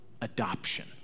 adoption